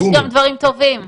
יש גם דברים טובים.